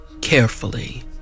carefully